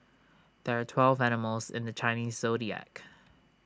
there are twelve animals in the Chinese Zodiac